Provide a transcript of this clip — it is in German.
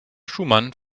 schumann